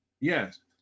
Yes